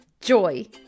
joy